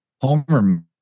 Homer